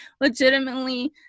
legitimately